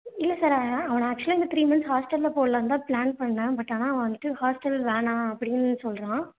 இல்லை சார் அவனை ஆக்சுவலாக இந்த த்ரீ மந்த் ஹாஸ்டலில் போடலாம்னு தான் ப்ளான் பண்ணேன் பட் ஆனால் அவன் வந்துவிட்டு ஹாஸ்டல் வேணா அப்படின்னு சொல்லுறான்